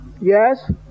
Yes